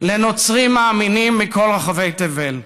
לנוצרים מאמינים מכל רחבי תבל.